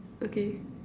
okay